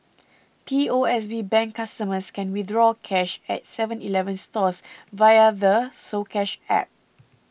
P O S B Bank customers can withdraw cash at Seven Eleven stores via the soCash App